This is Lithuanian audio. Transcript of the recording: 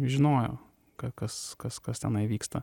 žinojo ka kas kas kas tenai vyksta